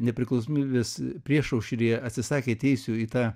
nepriklausomybės priešaušryje atsisakė teisių į tą